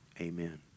Amen